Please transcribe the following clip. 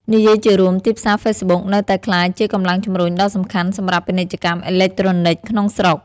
និយាយជារួម ទីផ្សារហ្វេសប៊ុកនៅតែក្លាយជាកម្លាំងជំរុញដ៏សំខាន់សម្រាប់ពាណិជ្ជកម្មអេឡិចត្រូនិកក្នុងស្រុក។